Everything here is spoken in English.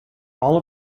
all